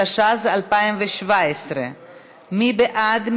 התשע"ז 2017. מי בעד?